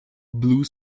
blue